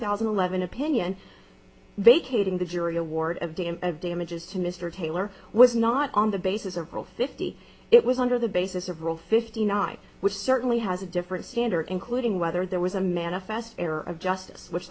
thousand and eleven opinion vacating the jury award of dam of damages to mr taylor was not on the basis of girl fifty it was under the basis of rule fifty nine which certainly has a different standard including whether there was a manifest error of justice which